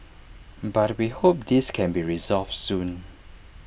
but we hope this can be resolved soon